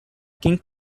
king